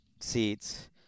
seats